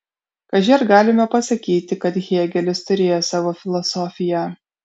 kaži ar galime pasakyti kad hėgelis turėjo savo filosofiją